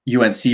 UNC